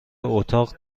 اتاق